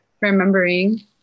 remembering